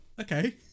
Okay